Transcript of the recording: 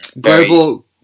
global